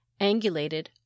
angulated